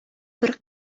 бер